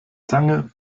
zange